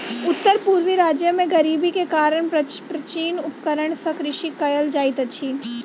उत्तर पूर्वी राज्य में गरीबी के कारण प्राचीन उपकरण सॅ कृषि कयल जाइत अछि